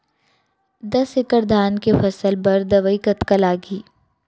दस एकड़ धान के फसल बर दवई कतका लागही?